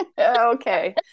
Okay